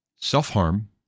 self-harm